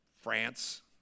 France